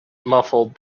muffled